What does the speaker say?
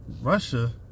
Russia